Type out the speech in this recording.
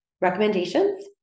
Recommendations